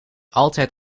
altijd